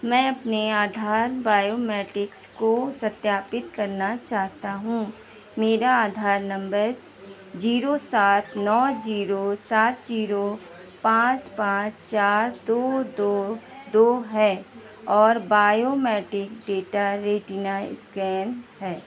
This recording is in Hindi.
मैं अपने आधार बायोमेट्रिक्स को सत्यापित करना चाहता हूँ मेरा आधार नंबर जोरों सात नौ ज़ीरो सात ज़ीरो पाँच पाँच चार दो दो दो है और बायोमेट्रिक डेटा रेटिना स्कैन है